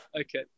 Okay